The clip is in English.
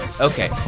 Okay